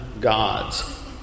God's